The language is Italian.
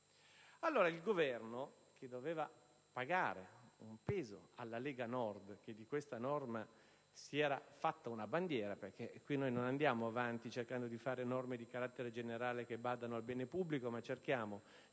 Il Governo, che doveva pagare un pegno alla Lega Nord che di questa norma aveva fatto una bandiera (perché qui non andiamo avanti cercando di fare norme di carattere generale che badano al bene pubblico, ma cerchiamo di assecondare gli